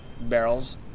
barrels